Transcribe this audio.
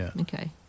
Okay